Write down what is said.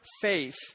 faith